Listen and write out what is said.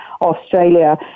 Australia